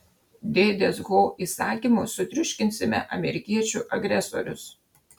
dėdės ho įsakymu sutriuškinsime amerikiečių agresorius